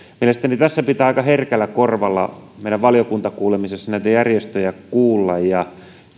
mielestäni tässä pitää aika herkällä korvalla meidän valiokuntakuulemisessa näitä järjestöjä kuulla ja